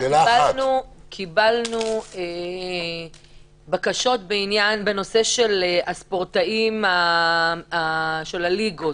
קיבלנו בקשות בנושא הספורטאים של הליגות.